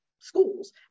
schools